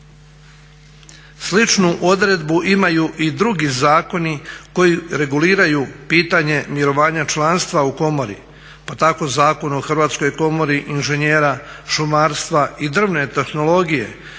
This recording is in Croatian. Sličnu odredbu imaju i drugi zakoni koji reguliraju pitanje mirovanja članstva u komori. Pa tako Zakon o Hrvatskoj komori inženjera šumarstva i drvne tehnologije